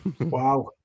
Wow